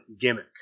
gimmick